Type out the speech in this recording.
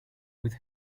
with